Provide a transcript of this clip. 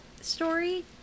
story